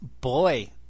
boy